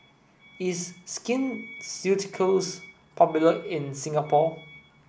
is Skin Ceuticals popular in Singapore